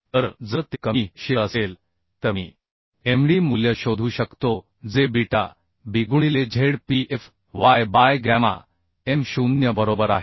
तर जर ते कमी शिअर असेल तर मी Md मूल्य शोधू शकतो जे बीटा bगुणिले Zpf y by gamma M 0 बरोबर आहे